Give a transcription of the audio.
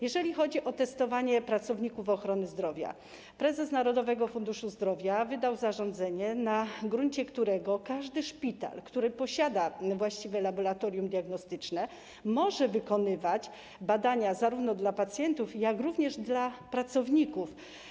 Jeżeli chodzi o testowanie pracowników ochrony zdrowia, prezes Narodowego Funduszu Zdrowia wydał zarządzenie, na gruncie którego każdy szpital, który posiada właściwe laboratorium diagnostyczne, może wykonywać badania zarówno dla pacjentów, jak również dla pracowników.